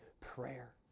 prayer